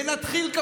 ונתחיל,